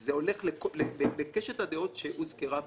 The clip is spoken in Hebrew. וזה הולך לקשת הדעות שהוזכרה כאן.